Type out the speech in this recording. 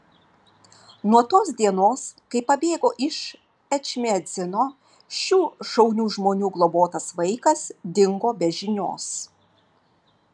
nuo tos dienos kai pabėgo iš ečmiadzino šių šaunių žmonių globotas vaikas dingo be žinios